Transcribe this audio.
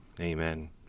amen